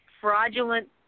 fraudulent